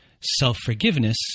self-forgiveness